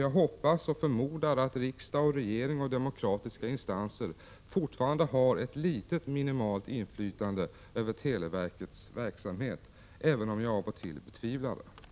Jag hoppas och förmodar att riksdag och regering och demokratiska instanser fortfarande har ett litet minimalt inflytande över televerkets verksamhet, även om jag av och till betvivlar det.